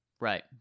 right